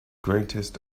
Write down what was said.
greatest